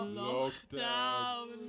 lockdown